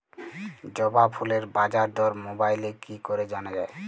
জবা ফুলের বাজার দর মোবাইলে কি করে জানা যায়?